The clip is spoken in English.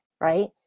right